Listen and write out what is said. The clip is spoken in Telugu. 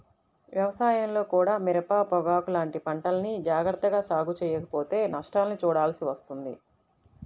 వ్యవసాయంలో కూడా మిరప, పొగాకు లాంటి పంటల్ని జాగర్తగా సాగు చెయ్యకపోతే నష్టాల్ని చూడాల్సి వస్తుంది